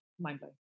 mind-blowing